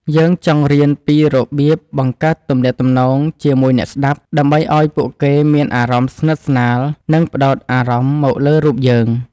យើងចង់រៀនពីរបៀបបង្កើតទំនាក់ទំនង ជាមួយអ្នកស្ដាប់ ដើម្បីឱ្យពួកគេមានអារម្មណ៍ស្និទ្ធស្នាល និងផ្ដោតអារម្មណ៍មកលើរូបយើង។